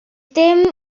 dim